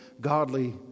godly